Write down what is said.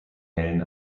hellen